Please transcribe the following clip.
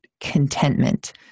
contentment